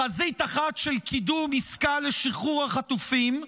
חזית אחת של קידום עסקה לשחרור החטופים,